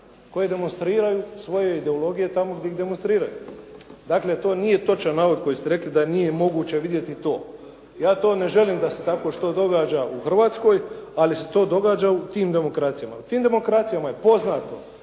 koje demonstriraju svoje ideologije tamo gdje ih demonstriraju. Dakle, to nije točan navod koji ste rekli da nije moguće vidjeti to. Ja to ne želim da se takvo što događa u Hrvatskoj ali se to događa u tim demokracijama. U tim demokracijama je poznato